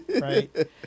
right